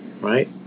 right